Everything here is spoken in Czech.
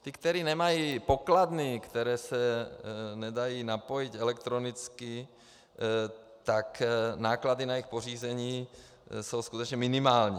Ti, kteří nemají pokladny, které se dají napojit elektronicky, tak náklady na jejich pořízení jsou skutečně minimální.